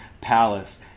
palace